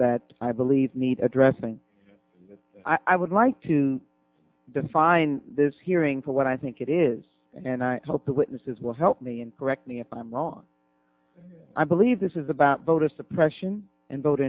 that i believe need addressing i would like to define this hearing for what i think it is and i hope the witnesses will help me and correct me if i'm wrong i believe this is about voter suppression and vote